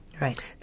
Right